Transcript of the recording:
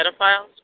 pedophiles